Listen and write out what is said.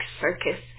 Circus